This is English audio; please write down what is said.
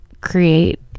create